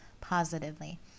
positively